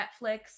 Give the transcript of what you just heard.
Netflix